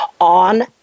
on